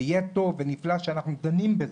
זה טוב ונפלא שאנחנו דנים בזה.